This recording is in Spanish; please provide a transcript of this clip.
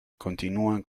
continúan